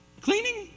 cleaning